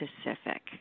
specific